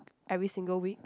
every single week